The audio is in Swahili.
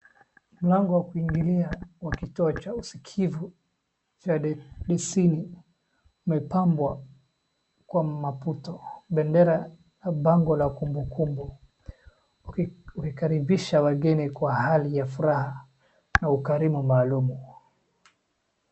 mlango wakuingilia kwa kituo cha usikivu cha KSDC umepambwa kwa maputo bendera ,bango la kumbukumbu ukikaribisha wageni kwa hali ya furaha na ukarimu maalumu.